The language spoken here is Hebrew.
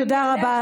תודה רבה.